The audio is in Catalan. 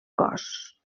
cos